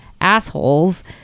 assholes